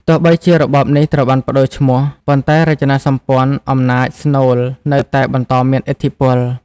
ទោះបីជារបបនេះត្រូវបានប្តូរឈ្មោះ ប៉ុន្តែរចនាសម្ព័ន្ធអំណាចស្នូលនៅតែបន្តមានឥទ្ធិពល។